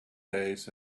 days